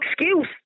excuse